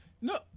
No